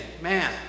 Man